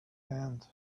hand